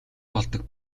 болдог